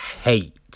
hate